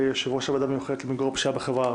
ליושב-ראש הוועדה המיוחדת למיגור הפשיעה בחברה הערבית?